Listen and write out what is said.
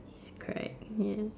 she cried ya